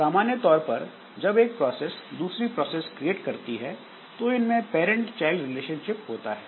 सामान्य तौर पर जब एक प्रोसेस दूसरी प्रोसेस क्रिएट करती है तो इनमें पैरंट चाइल्ड रिलेशनशिप होता है